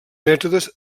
mètodes